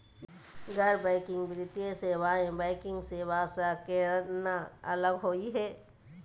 गैर बैंकिंग वित्तीय सेवाएं, बैंकिंग सेवा स केना अलग होई हे?